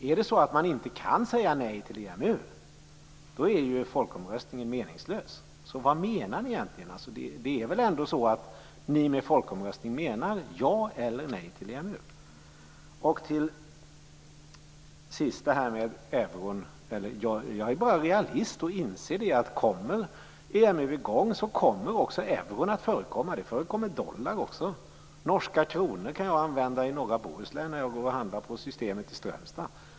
Är det så att man inte kan säga nej till EMU då är en folkomröstning meningslös. Vad menar ni egentligen? Det är väl ändå så att ni med folkomröstning menar ja eller nej till EMU. Till sist om euron. Jag är bara realist och inser att kommer EMU i gång kommer också euron att förekomma. Det förekommer dollar också. Norska kronor kan jag använda i norra Bohuslän när jag handlar på Systembolaget i Strömstad.